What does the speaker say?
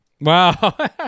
Wow